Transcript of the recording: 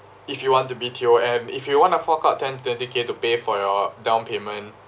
if you want to B_T_O and if you wanna fork out ten to twenty k to pay for your down payment